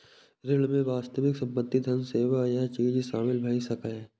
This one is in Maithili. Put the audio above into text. ऋण मे वास्तविक संपत्ति, धन, सेवा या चीज शामिल भए सकैए